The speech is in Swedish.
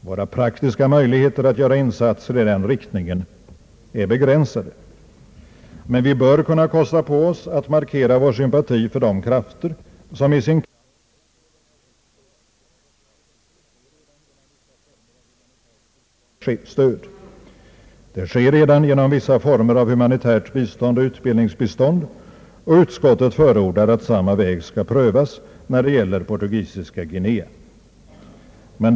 Våra praktiska möjligheter att göra insatser i den riktningen är begränsade, men vi bör kunna kosta på oss att markera vår sympati för de krafter som i sin kamp mot kolonialism och rasförtryck har FN:s uttryckliga och entydiga stöd. Det sker redan genom vissa former av humanitärt bistånd och utbildningsbistånd, och utskottet förordar att samma väg skall prövas när det gäller Portugisiska Guinea.